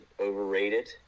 overrated